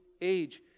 age